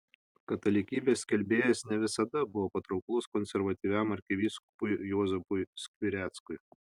katalikybės skelbėjas ne visada buvo patrauklus konservatyviam arkivyskupui juozapui skvireckui